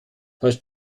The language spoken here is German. falls